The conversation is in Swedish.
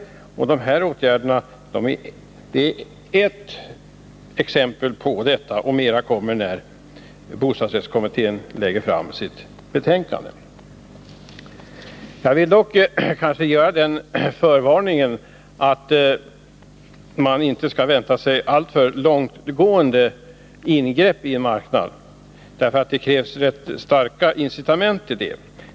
Detta gäller inte bara detta spörsmål utan också andra sådana som kommer att behandlas i bostadsrättskommitténs betänkande. Jag vill dock göra den förvarningen att man inte skall vänta sig alltför långtgående ingrepp i marknaden. Det krävs nämligen rätt starka incitament för detta.